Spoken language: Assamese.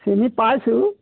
চিনি পাইছোঁ